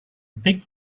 big